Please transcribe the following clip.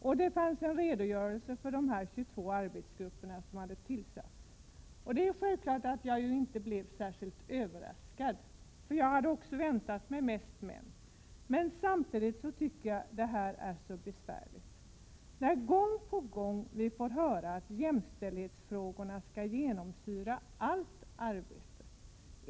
I artikeln fanns det en redogörelse för de 22 arbetsgrupper som hade tillsatts. Självfallet blev jag inte särskilt överraskad — jag hade väntat mig mest män. Men samtidigt tyckte jag att det var besvärande, eftersom man gång på gång fått höra att jämställdhetsfrågorna skall genomsyra allt arbete.